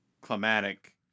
climatic